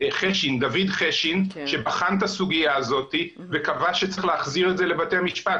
דוד חשין שבחן את הסוגיה הזאת וקבע שצריך להחזיר את זה לבתי המשפט,